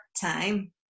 time